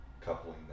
coupling